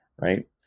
right